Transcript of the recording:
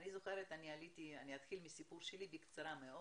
אני אתחיל בקצרה בסיפור שלי.